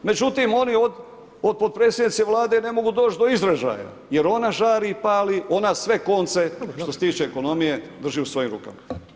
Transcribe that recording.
Međutim, oni od potpredsjednice Vlade ne mogu doći do izražaja, jer ona žari i pali, ona sve konce što se tiče ekonomije, drži u svojim rukama.